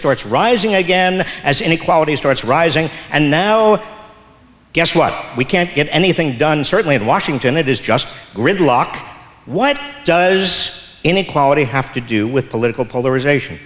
starts rising again as inequality starts rising and now oh guess what we can't get anything done certainly in washington it is just gridlock what does inequality have to do with political polarization